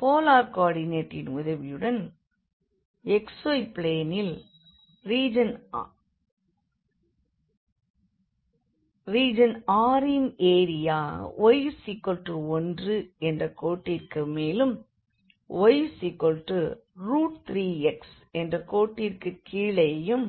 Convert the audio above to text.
polar கோ ஆர்டிநேட்டின் உதவியுடன் xy பிளேனில் ரீஜன் R ன் ஏரியா ஏரியா y1 என்ற கோட்டிற்கு மேலும் y3xஎன்ற கோட்டிற்கு கீழேயும்